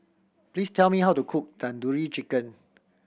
please tell me how to cook Tandoori Chicken